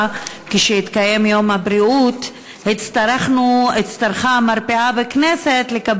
אני מתכבד להזמין קודם כול את שר הבריאות חבר הכנסת יעקב